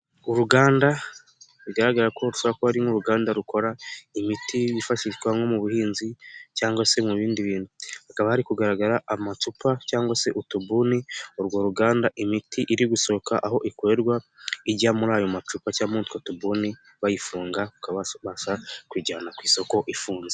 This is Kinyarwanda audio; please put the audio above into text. Uruganda bigaragara ko rushobora kuba ari nk'uruganda rukora imiti yifashishwa nko mu buhinzi cyangwa se mu bindi bintu, hakaba hari kugaragara amacupa cyangwa se utubuni urwo ruganda imiti iri gusohoka aho ikorerwa ijya muri ayo macupa cyangwa utwo tubuni bayifunga bakabasha kuyijyana ku isoko ifunze.